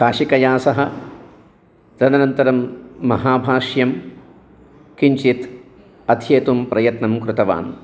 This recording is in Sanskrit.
काशिकया सह तदनन्तरं महाभाष्यं किञ्चित् अध्येतुं प्रयत्नं कृतवान्